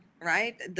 right